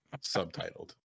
Subtitled